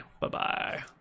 Bye-bye